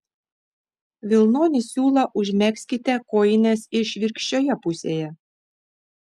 vilnonį siūlą užmegzkite kojinės išvirkščioje pusėje